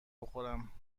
بخورم